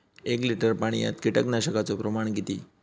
एक लिटर पाणयात कीटकनाशकाचो प्रमाण किती?